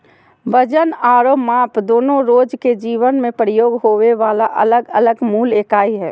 वजन आरो माप दोनो रोज के जीवन मे प्रयोग होबे वला अलग अलग मूल इकाई हय